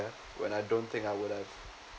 when I don't think I would have